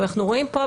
אנחנו רואים פה,